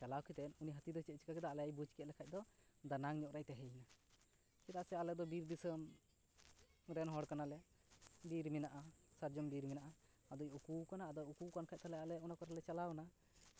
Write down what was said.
ᱪᱟᱞᱟᱣ ᱠᱟᱛᱮᱫ ᱩᱱᱤ ᱦᱟᱹᱛᱤ ᱫᱚ ᱪᱮᱫ ᱮ ᱪᱤᱠᱟᱹᱣ ᱠᱟᱫᱟ ᱟᱞᱮᱭ ᱵᱩᱡᱽ ᱠᱮᱫ ᱞᱮᱠᱷᱟᱱ ᱫᱚ ᱫᱟᱱᱟᱝ ᱧᱚᱜ ᱨᱮᱭ ᱛᱟᱦᱮᱸᱭᱮᱱᱟ ᱪᱮᱫᱟᱜ ᱥᱮ ᱟᱞᱮ ᱫᱚ ᱵᱤᱨ ᱫᱤᱥᱚᱢ ᱨᱮᱱ ᱦᱚᱲ ᱠᱟᱱᱟᱞᱮ ᱵᱤᱨ ᱢᱮᱱᱟᱜᱼᱟ ᱥᱟᱨᱡᱚᱢ ᱵᱤᱨ ᱢᱮᱱᱟᱜᱼᱟ ᱟᱫᱚᱭ ᱩᱠᱩᱣ ᱠᱟᱱᱟ ᱟᱫᱚᱭ ᱩᱠᱩᱣ ᱟᱠᱟᱱ ᱛᱟᱦᱞᱮ ᱟᱞᱮ ᱚᱱᱟ ᱠᱚᱨᱮᱫ ᱞᱮ ᱪᱟᱞᱟᱣ ᱱᱟ